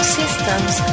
systems